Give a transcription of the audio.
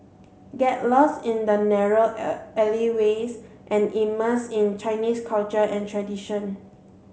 get lost in the narrow alleyways and immerse in Chinese culture and tradition